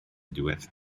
diwedd